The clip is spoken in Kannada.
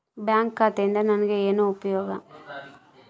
ಬ್ಯಾಂಕ್ ಖಾತೆಯಿಂದ ನನಗೆ ಏನು ಉಪಯೋಗ?